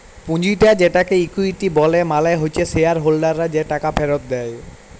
পুঁজিটা যেটাকে ইকুইটি ব্যলে মালে হচ্যে শেয়ার হোল্ডাররা যে টাকা ফেরত দেয়